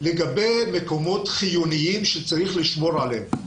לגבי מקומות חיוניים שצריך לשמור עליהם.